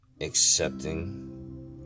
accepting